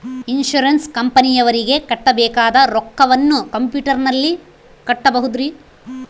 Insurance ಕಂಪನಿಯವರಿಗೆ ಕಟ್ಟಬೇಕಾದ ರೊಕ್ಕವನ್ನು ಕಂಪ್ಯೂಟರನಲ್ಲಿ ಕಟ್ಟಬಹುದ್ರಿ?